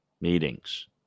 meetings